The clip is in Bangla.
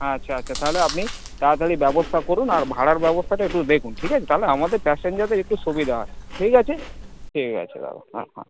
আচ্ছা আচ্ছা তাহলে আপনি তাড়াতাড়ি ব্যবস্থা করুন আর ভাড়ার ব্যবস্থাটা একটু দেখুন ঠিক আছে তাহলে আমাদের প্যাসেঞ্জারদের একটু সুবিধা আছে ঠিক আছে ঠিক আছে দাদা হ্যাঁ হ্যাঁ